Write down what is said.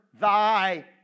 thy